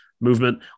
movement